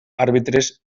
àrbitres